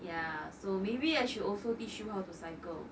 ya so maybe I should also teach you how to cycle